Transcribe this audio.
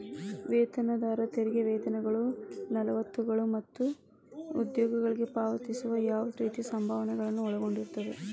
ವೇತನದಾರ ತೆರಿಗೆ ವೇತನಗಳು ಸವಲತ್ತುಗಳು ಮತ್ತ ಉದ್ಯೋಗಿಗಳಿಗೆ ಪಾವತಿಸುವ ಯಾವ್ದ್ ರೇತಿ ಸಂಭಾವನೆಗಳನ್ನ ಒಳಗೊಂಡಿರ್ತದ